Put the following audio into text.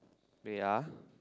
wait ah